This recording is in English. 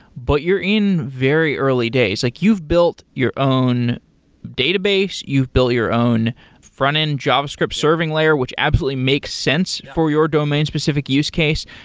but you're in very early days. like you've built your own database, you've built your own front-end javascript serving layer, which absolutely makes sense for your domain specific use case.